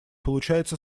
получается